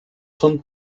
son